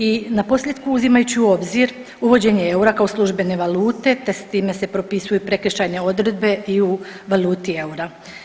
I naposljetku uzimajući u obzir uvođenje eura kao službene valute te s time se propisuju i prekršajne odredbe i u valuti eura.